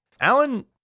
Alan